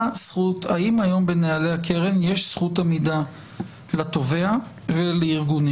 האם היום בנהלי הקרן יש זכות עמידה לתובע ולארגונים?